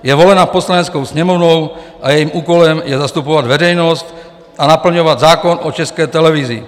Je volena Poslaneckou sněmovnou a jejím úkolem je zastupovat veřejnost a naplňovat zákon o České televizi.